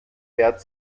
bert